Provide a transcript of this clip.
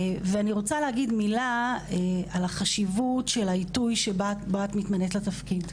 אני רוצה להגיד מילה על החשיבות של העיתוי בו את מתמודדת לתפקיד.